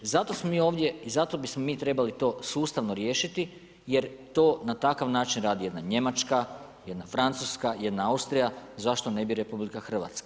Zato smo mi ovdje i zato bismo mi trebali to sustavno riješiti jer to na takav način radi jedna Njemačka, jedna Francuska, jedna Austrija, zašto ne bi i RH?